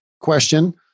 question